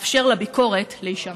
לאפשר לביקורת להישמע.